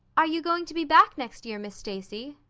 are you going to be back next year, miss stacy?